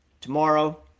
tomorrow